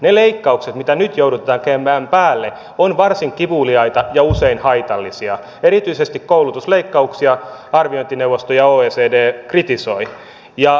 ne leikkaukset mitä nyt joudutaan käymään päälle ovat varsin kivuliaita ja usein haitallisia erityisesti koulutusleikkauksia arviointineuvosto ja oecd kritisoivat